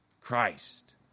Christ